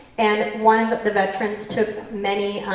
and one of the veterans took many,